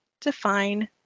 define